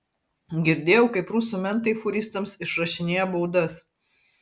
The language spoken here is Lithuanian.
girdėjau kaip rusų mentai fūristams išrašinėja baudas